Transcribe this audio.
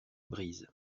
brise